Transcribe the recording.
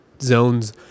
zones